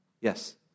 Yes